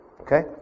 okay